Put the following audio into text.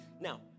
Now